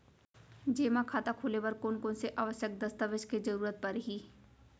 जेमा खाता खोले बर कोन कोन से आवश्यक दस्तावेज के जरूरत परही?